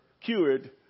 cured